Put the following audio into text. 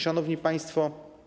Szanowni Państwo!